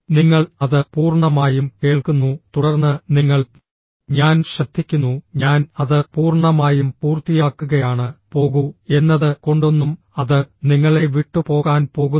നിങ്ങൾ അത് പൂർണ്ണമായും കേൾക്കുന്നു തുടർന്ന് നിങ്ങൾ ഞാൻ ശ്രദ്ധിക്കുന്നു ഞാൻ അത് പൂർണ്ണമായും പൂർത്തിയാക്കുകയാണ് പോകൂ എന്നത് കൊണ്ടൊന്നും അത് നിങ്ങളെ വിട്ടുപോകാൻ പോകുന്നില്ല